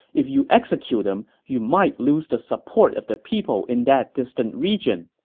if you execute him, you might lose the support of the people in that distant region.